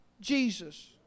Jesus